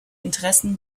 interessen